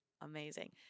amazing